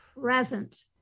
present